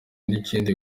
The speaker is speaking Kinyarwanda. n’ikindi